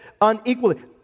unequally